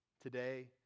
today